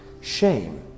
shame